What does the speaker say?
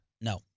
No